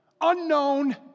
Unknown